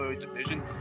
division